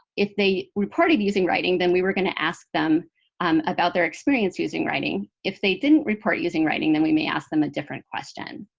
if they reported of using writing, then we were going to ask them um about their experience using writing. if they didn't report using writing, then we may ask them a different question.